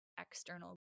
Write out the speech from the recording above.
external